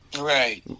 Right